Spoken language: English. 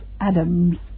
Adam's